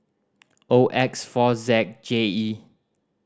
O X four Z J E